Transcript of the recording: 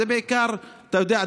אתה יודע,